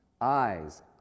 eyes